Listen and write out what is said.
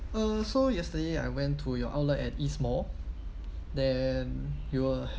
uh so yesterday I went to your outlet at east mall then we were